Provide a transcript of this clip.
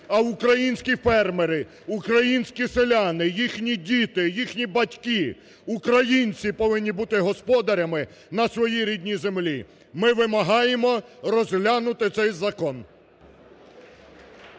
а українські фермери, українські селяни, їхні діти, їхні батьки. Українці повинні бути господарями на своїй рідній землі. Ми вимагаємо розглянути цей закон.